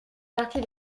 partie